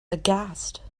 aghast